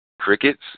crickets